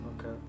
Okay